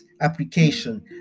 Application